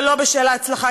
ולא בשל ההצלחה,